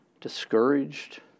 discouraged